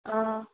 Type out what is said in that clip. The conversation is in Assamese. অঁ